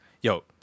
yo